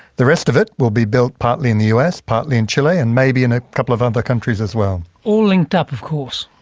the rest of it will be built partly in the us, partly in chile and maybe in a couple of other countries as well. all linked up of course?